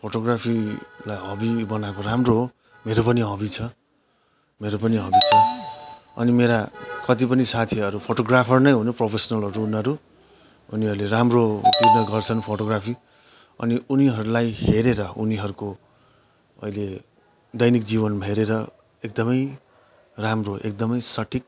फोटोग्राफीलाई hobby बनाएको राम्रो हो मेरो पनि हबी छ मेरो पनि हबी छ अनि मेरा कतिपनि साथीहरू फोटोग्राफर नै हुन् प्रोफेस्नलहरू उनीहरू उनीहरूले राम्रो खिच्ने गर्छन् फोटोग्राफी अनि उनीहरूलाई हेरेर उनीहरूको अहिले दैनिक जीवन हेरेर एकदमै राम्रो एकदमै सटिक